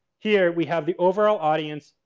here we have the overall audience,